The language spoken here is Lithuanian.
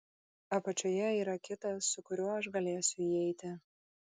apačioje yra kitas su kuriuo aš galėsiu įeiti